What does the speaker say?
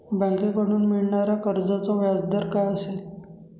बँकेकडून मिळणाऱ्या कर्जाचा व्याजदर काय असेल?